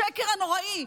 חבר הכנסת עמית הלוי,